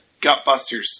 Gutbusters